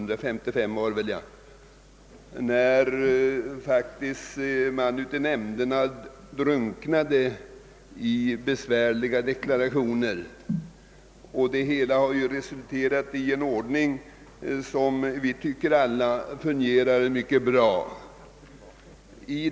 Före denna tid formligen översvämmades taxeringsnämnderna av besvärliga deklarationer, enahanda var det för de rättsinstanser som hade att pröva alla besvär. Vi har nu en ordning som fungerar hyggligt.